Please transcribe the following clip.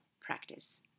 practice